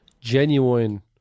genuine